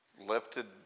Lifted